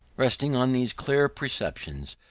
resting on these clear perceptions,